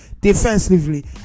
Defensively